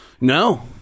No